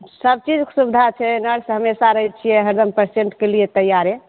सब चीज क सुबधा छै नर्स हमेसा रहै छियै हरदम पैसेंट क लिये तैयारे